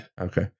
okay